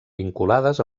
vinculades